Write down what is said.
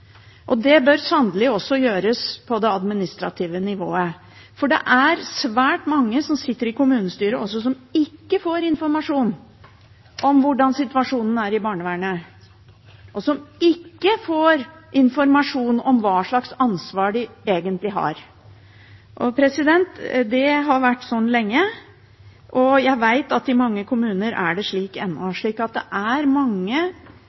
barnevernet. Det bør sannelig også gjøres på det administrative nivået, for det er også svært mange som sitter i kommunestyrer som ikke får informasjon om hvordan situasjonen er i barnevernet, og som ikke får informasjon om hva slags ansvar de egentlig har. Det har vært sånn lenge, og jeg vet at det i mange kommuner er slik ennå. Det er mange